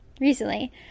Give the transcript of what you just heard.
recently